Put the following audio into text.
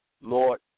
Lord